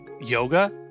Yoga